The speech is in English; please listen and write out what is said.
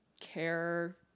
care